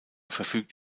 verfügt